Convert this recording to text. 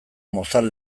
mozal